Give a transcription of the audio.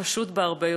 הוא פשוט הרבה יותר.